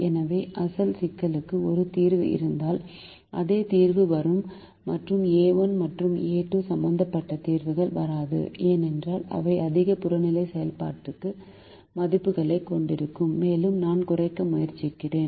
எனவே அசல் சிக்கலுக்கு ஒரு தீர்வு இருந்தால் அதே தீர்வு வரும் மற்றும் a1 மற்றும் a2 சம்பந்தப்பட்ட தீர்வுகள் வராது ஏனென்றால் அவை அதிக புறநிலை செயல்பாட்டு மதிப்புகளைக் கொண்டிருக்கும் மேலும் நான் குறைக்க முயற்சிக்கிறேன்